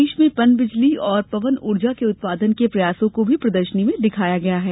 प्रदेश में पन बिजली और पवन ऊर्जा के उत्पादन के प्रयासों को भी प्रदर्शनी में दिखाया गया है